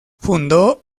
fundó